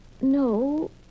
No